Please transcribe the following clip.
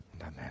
amen